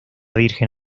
virgen